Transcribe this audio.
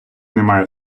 немає